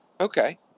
Okay